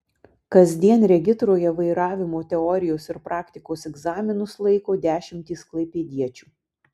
kasdien regitroje vairavimo teorijos ir praktikos egzaminus laiko dešimtys klaipėdiečių